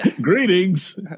Greetings